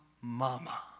mama